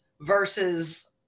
versus